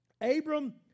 Abram